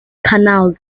canals